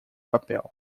papel